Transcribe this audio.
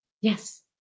Yes